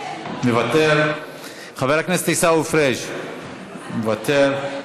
מוותר, חבר הכנסת עיסאווי פריג' מוותר,